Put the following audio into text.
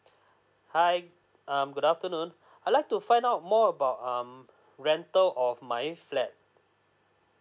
hi um good afternoon I'd like to find out more about um rental of my flat